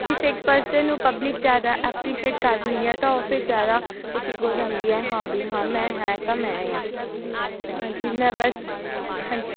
ਕਿਸੇ ਇੱਕ ਪਰਸਨ ਨੂੰ ਪਬਲਿਕ ਜ਼ਿਆਦਾ ਐਪਰੀਸ਼ੀਏਟ ਕਰ ਦਿੰਦੀ ਆ ਤਾਂ ਉਹ ਫਿਰ ਜ਼ਿਆਦਾ ਉਹਦੇ 'ਚ ਈਗੋ ਆ ਜਾਂਦੀ ਹੈ ਹਾਂ ਬੀ ਹਾਂ ਮੈਂ ਹੈ ਤਾਂ ਮੈਂ ਹੀ ਹਾਂ ਹਾਂਜੀ ਮੈਂ ਬਸ ਹਾਂਜੀ